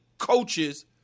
Coaches